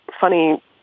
funny